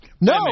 No